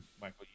Michael